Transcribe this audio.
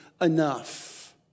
enough